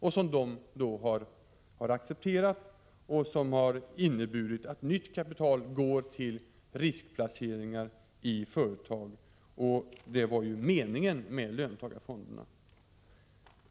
Nytt kapital går alltså till riskplaceringar i företag, och det var ju meningen med löntagarfonderna.